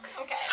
okay